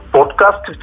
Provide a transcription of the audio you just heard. Podcast